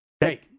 Hey